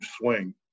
swing